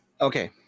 Okay